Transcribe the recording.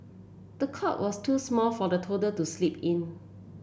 the cot was too small for the toddler to sleep in